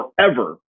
forever